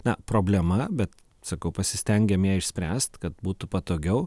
na problema bet sakau pasistengiam ją išspręst kad būtų patogiau